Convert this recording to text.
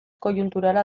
koiunturala